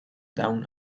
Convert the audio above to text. down